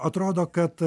atrodo kad